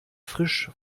frisch